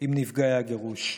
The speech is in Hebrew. עם נפגעי הגירוש.